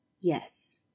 Yes